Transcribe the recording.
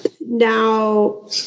Now